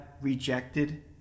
rejected